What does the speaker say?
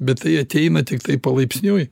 bet tai ateina tiktai palaipsniui